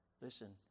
Listen